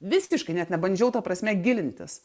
visiškai net nebandžiau ta prasme gilintis